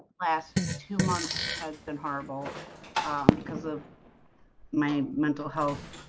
last two months has been horrible because of my mental health